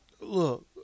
Look